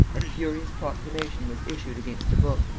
a furious proclamation was issued against the book,